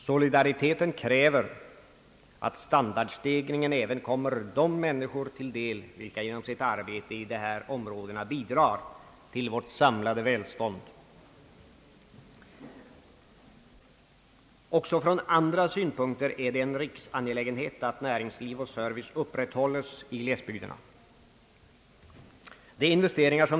Solidariteten kräver att standardstegringen även kommer de människor till del, vilka genom sitt arbete inom dessa områden bidrar till vårt samlade välstånd. Också från andra synpunkter är det en riksangelägenhet att näringsliv och service upprätthålles i glesbygderna.